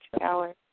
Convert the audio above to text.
power